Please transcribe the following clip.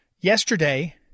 Yesterday